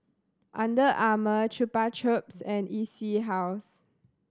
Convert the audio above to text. Under Armour Chupa Chups and E C House